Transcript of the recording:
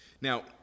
Now